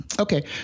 Okay